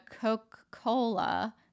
Coca-Cola